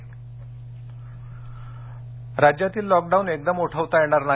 ठाकरे राज्यातील लॉकडाउन एकदम उठवता येणार नाही